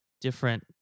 different